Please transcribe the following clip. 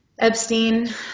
Epstein